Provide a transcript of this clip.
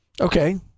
Okay